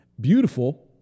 beautiful